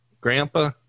grandpa